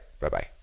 Bye-bye